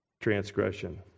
transgression